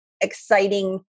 exciting